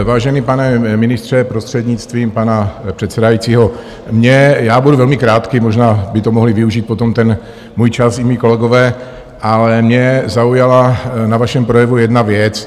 Vážený pane ministře, prostřednictvím pana předsedajícího, já budu velmi krátký, možná by mohli využít ten můj čas i mí kolegové, ale mě zaujala na vašem projevu jedna věc.